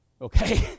okay